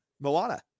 moana